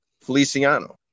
Feliciano